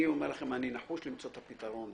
אני אומר לכם, אני נחוש למצוא את הפתרון.